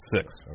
Six